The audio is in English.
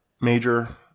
major